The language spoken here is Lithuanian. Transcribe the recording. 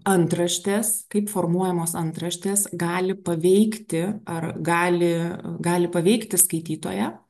antraštės kaip formuojamos antraštės gali paveikti ar gali gali paveikti skaitytoją